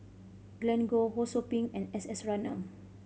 Glen Goei Ho Sou Ping and S S Ratnam